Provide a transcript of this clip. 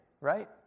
right